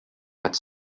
but